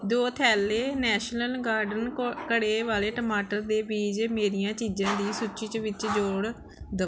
ਦੋ ਥੈਲੇ national garden ਘੋ ਘੜੇ ਵਾਲੇ ਟਮਾਟਰ ਦੇ ਬੀਜ ਮੇਰੀਆਂ ਚੀਜ਼ਾਂ ਦੀ ਸੂਚੀ ਚ ਵਿੱਚ ਜੋੜ ਦੇਵੋ